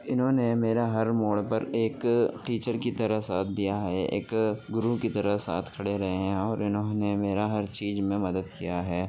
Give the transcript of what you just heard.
انہوں نے میرا ہر موڑ پر ایک ٹیچر کی طرح ساتھ دیا ہے ایک گرو کی طرح ساتھ کھڑے رہے ہیں اور انہوں نے میرا ہر چیز میں مدد کیا ہے